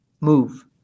move